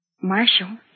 Marshall